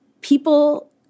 People